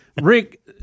Rick